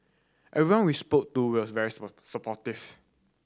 everyone we spoke to was very supportive